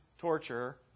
Torture